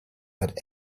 had